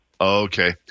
Okay